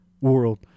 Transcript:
World